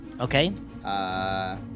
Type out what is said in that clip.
okay